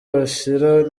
bashir